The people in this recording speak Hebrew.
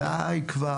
די כבר.